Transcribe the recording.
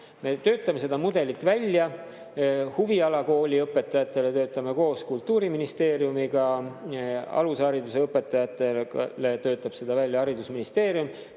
Me töötame seda mudelit välja. Huvialakooli õpetajatele töötame välja koos Kultuuriministeeriumiga, alushariduse õpetajatele töötab seda välja haridusministeerium.